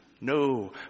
No